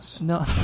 No